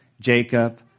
Jacob